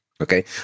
okay